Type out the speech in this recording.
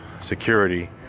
security